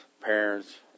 parents